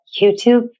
YouTube